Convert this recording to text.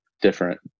different